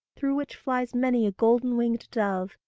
through which flies many a golden-winged dove,